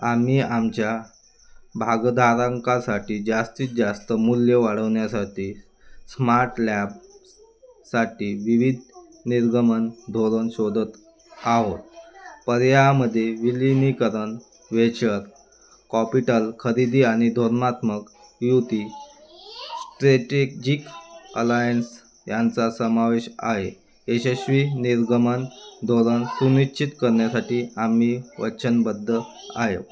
आम्ही आमच्या भागधारकांसाठी जास्तीत जास्त मूल्य वाढवण्यासाठी स्मार्ट लॅबसाठी विविध निर्गमन धोरणे शोधत आहोत पर्यायांमध्ये विलीनीकरण वेचर कॉपिटल खरेदी आणि धोरणात्मक युती स्ट्रेटेजिक अलायन्स यांचा समावेश आ आहे यशस्वी निर्गमन धोरण सुनिश्चित करण्यासाठी आम्ही वचनबद्ध आहोत